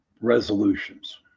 resolutions